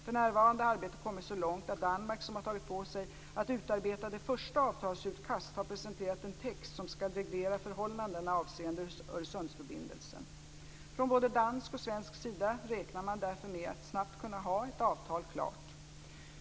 För närvarande har arbetet kommit så långt att Danmark, som har tagit på sig att utarbeta det första avtalsutkastet, har presenterat en text som skall reglera förhållandena avseende Öresundsförbindelsen. Från både dansk och svensk sida räknar man därför med att snabbt kunna ha ett avtal klart.